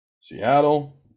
Seattle